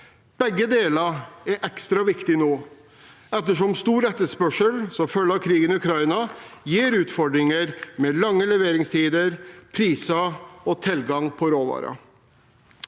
Begge deler er ekstra viktig nå, ettersom stor etterspørsel som følge av krigen i Ukraina gir utfordringer med lange leveringstider, priser og tilgang på råvarer.